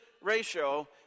ratio